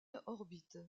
orbite